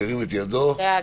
מי נגד?